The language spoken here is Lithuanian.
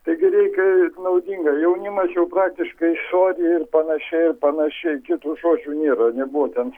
taigi reikia ir naudinga jaunimas jau praktiškai sory ir panašiai ir panašiai kitų žodžių nėra nebuvo ten